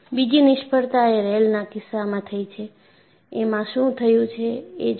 બીજી નિષ્ફળતા એ રેલના કિસ્સામાં થઈ છે એમાં શું થયું છે એ જુઓ